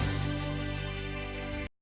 Дякую.